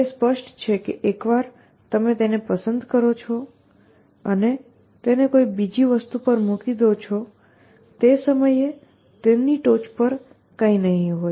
તે સ્પષ્ટ છે કે એકવાર તમે તેને પસંદ કરો છો અને તેને કોઈ બીજી વસ્તુ પર મૂકી દો છો તે સમયે તેની ટોચ પર કંઈ નહીં હોય